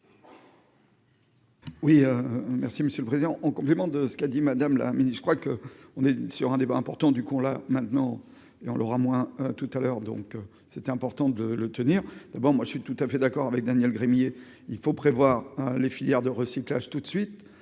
Oui, merci Monsieur le Président, en complément de ce qu'a dit Madame la mini-je crois que on est sur un débat important du con là maintenant et on aura moins tout à l'heure donc, c'était important de le tenir bon, moi je suis tout à fait d'accord avec Daniel Gremillet, il faut prévoir les filières de recyclage tout de suite,